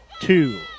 two